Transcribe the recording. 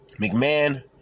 McMahon